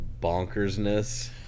bonkersness